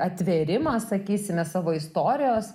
atvėrimas sakysim savo istorijos